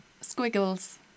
Squiggles